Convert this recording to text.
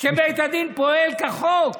שבית הדין פועל כחוק.